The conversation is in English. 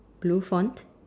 blue font